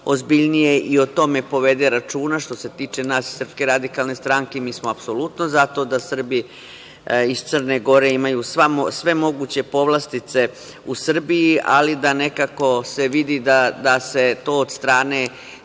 ozbiljnije i o tome povede računa. Što se tiče nas iz SRS, mi smo apsolutno za to da Srbi iz Crne Gore imaju sve moguće povlastice u Srbiji, ali da nekako se vidi da se to od strane